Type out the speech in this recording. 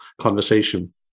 conversation